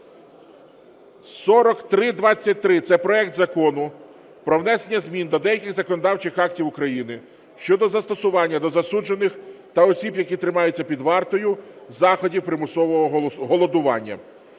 4323 – це проект Закону про внесення змін до деяких законодавчих актів України щодо застосування до засуджених та осіб, які тримаються під вартою, заходів примусового годування.